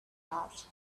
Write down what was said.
asked